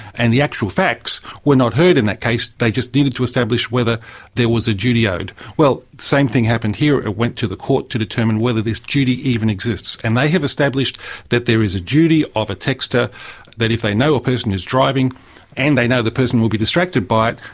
and the actual facts were not heard in that case, they just needed to establish whether there was a duty owed. well, the same thing happened here, it went to the court to determine whether this duty even exists. and they have established that there is a duty of a texter that if they know a person is driving and they know the person will be distracted by it,